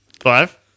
five